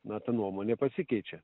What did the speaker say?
na ta nuomonė pasikeičia